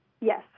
Yes